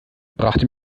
brachte